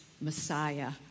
Messiah